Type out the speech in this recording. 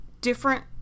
different